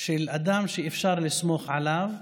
אדם שאפשר לסמוך עליו,